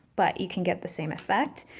but you can get the same effect.